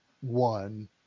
one